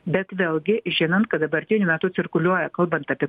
bet vėlgi žinant kad dabartiniu metu cirkuliuoja kalbant apie